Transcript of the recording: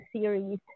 series